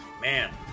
Man